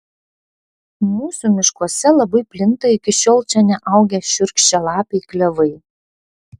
mūsų miškuose labai plinta iki šiol čia neaugę šiurkščialapiai klevai